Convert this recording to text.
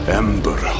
ember